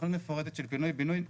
תכנית מפורטת של פינוי בינוי,